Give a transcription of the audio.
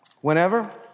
whenever